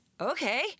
okay